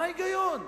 מה ההיגיון?